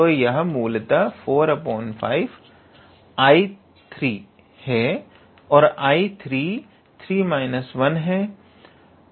तो यह मूलतः 45 𝐼3 है और 𝐼33 1 है